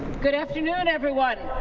good afternoon. everyone